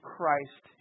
Christ